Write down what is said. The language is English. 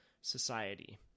society